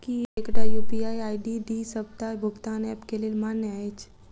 की एकटा UPI ID डी सबटा भुगतान ऐप केँ लेल मान्य अछि?